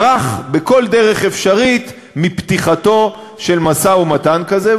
ברח בכל דרך אפשרית מפתיחתו של משא-ומתן כזה.